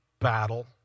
battle